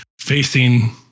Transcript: facing